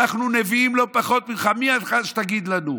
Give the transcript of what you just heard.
אנחנו נביאים לא פחות ממך, מי אתה שתגיד לנו?